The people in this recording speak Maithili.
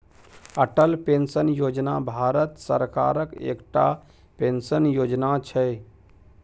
अटल पेंशन योजना भारत सरकारक एकटा पेंशन योजना छै